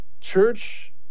church